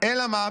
אלא מה?